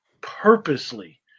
purposely